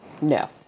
No